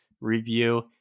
review